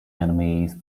enemies